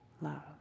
love